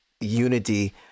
unity